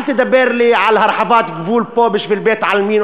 אל תדבר אתי על הרחבת גבול פה בשביל בית-עלמין,